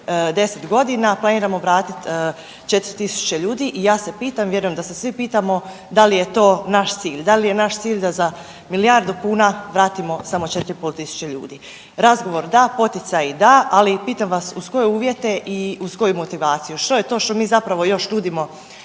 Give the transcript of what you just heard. deset godina planiramo vratit 4.000 ljudi i ja se pitam i vjerujem da se svi pitamo da li je to naš cilj, da li je naš cilj da za milijardu kuna vratimo samo 4 i pol tisuće ljudi. Razgovor da, poticaji da, ali pitam vas uz koje uvjete i uz koju motivaciju, što je to što mi zapravo još nudimo